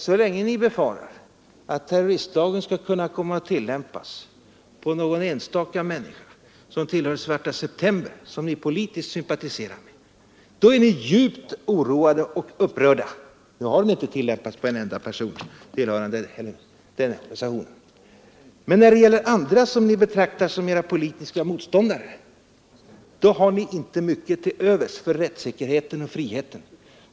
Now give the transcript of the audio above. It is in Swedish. Så länge ni befarar att terroristlagen skall komma att tillämpas på någon enstaka människa som tillhör Svarta september, som ni politiskt sympatiserar med, är ni djupt oroade och upprörda. Nu har lagen inte heller tillämpats på en enda person tillhörande denna organisation. Men när det gäller andra, som ni betraktar som era politiska motståndare, har ni inte mycket till övers för rättssäkerheten och friheten.